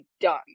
done